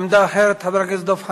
עמדה אחרת, דב חנין,